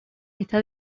está